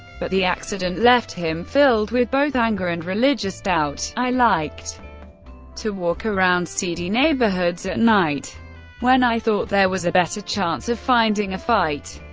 but the accident left him filled with both anger and religious doubt i liked to walk around seedy neighborhoods at night when i thought there was a better chance of finding a fight.